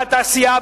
בעד תעשייה,